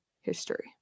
history